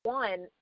one